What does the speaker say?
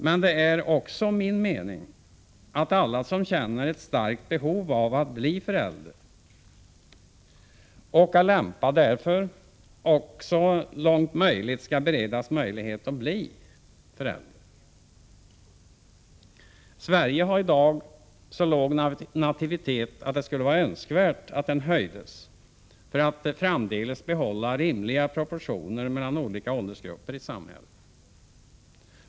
Men det är också min mening att alla som känner ett starkt behov av att bli föräldrar och är lämpade därför också så långt möjligt skall beredas möjlighet att bli det. Sverige har i dag så låg nativitet att det skulle vara önskvärt att den höjdes för att framdeles behålla rimliga proportioner mellan olika åldersgrupper i samhället.